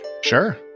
Sure